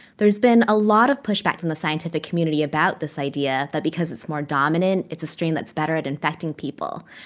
there's been a lot of pushback from the scientific community about this idea that, because it's more dominant, it's a strain that's better at infecting people.